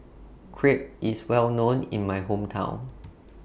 Crepe IS Well known in My Hometown